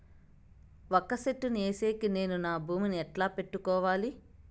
వక్క చెట్టును వేసేకి నేను నా భూమి ని ఎట్లా పెట్టుకోవాలి?